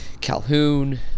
Calhoun